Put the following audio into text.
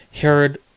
heard